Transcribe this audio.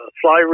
fly